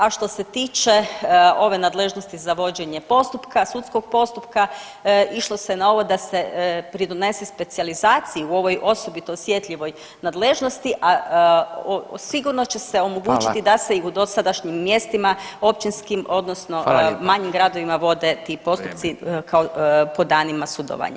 A što se tiče ove nadležnosti za vođenje postupka, sudskog postupka išlo se na ovo da se pridonese specijalizaciji u ovoj osobito osjetljivoj nadležnosti, a sigurno će se omogućiti da se [[Upadica: Hvala.]] i u dosadašnjim mjestima općinskim odnosno [[Upadica: Hvala lijepo.]] manjim gradovima vode ti postupci [[Upadica: Vrijeme.]] kao po danima sudovanja.